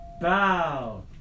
Bow